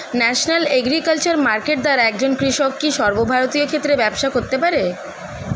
National agriculture market দ্বারা একজন কৃষক কি সর্বভারতীয় ক্ষেত্রে ব্যবসা করতে পারে?